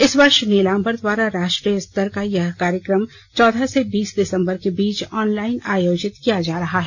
इस वर्ष नीलांबर द्वारा राष्ट्रीय स्तर का यह कार्यक्रम चौदह से बीस दिसंबर के बीच ऑनलाइन आयोजित किया जा रहा है